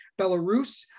Belarus